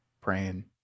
praying